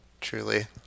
truly